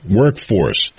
workforce